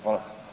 Hvala.